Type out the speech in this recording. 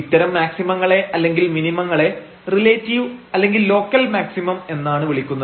ഇത്തരം മാക്സിമങ്ങളെ അല്ലെങ്കിൽ മിനിമങ്ങളെ റിലേറ്റീവ് അല്ലെങ്കിൽ ലോക്കൽ മാക്സിമം എന്നാണ് വിളിക്കുന്നത്